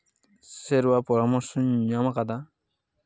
ᱥᱮᱨᱟ ᱯᱚᱨᱟᱢᱚᱨᱥᱚᱧ ᱧᱟᱢ ᱠᱟᱫᱟ